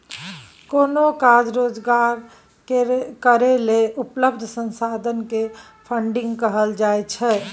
कोनो काज रोजगार करै लेल उपलब्ध संसाधन के फन्डिंग कहल जाइत छइ